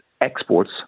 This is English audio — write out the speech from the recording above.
exports